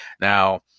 Now